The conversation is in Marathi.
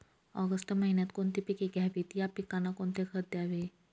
ऑगस्ट महिन्यात कोणती पिके घ्यावीत? या पिकांना कोणते खत द्यावे?